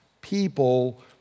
people